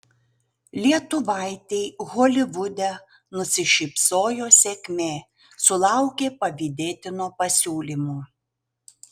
lietuvaitei holivude nusišypsojo sėkmė sulaukė pavydėtino pasiūlymo